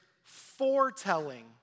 foretelling